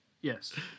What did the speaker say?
Yes